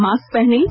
mask पहनें